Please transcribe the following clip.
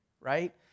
right